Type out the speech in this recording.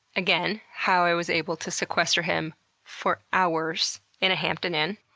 again, how i was able to sequester him for hours in a hampton inn.